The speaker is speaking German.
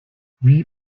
wie